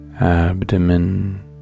abdomen